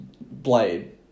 blade